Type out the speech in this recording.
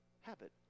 habit